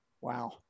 Wow